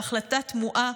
בהחלטה תמוהה,